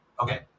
Okay